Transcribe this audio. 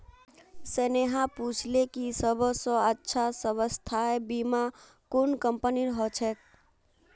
स्नेहा पूछले कि सबस अच्छा स्वास्थ्य बीमा कुन कंपनीर ह छेक